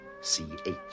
C-H